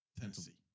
Tennessee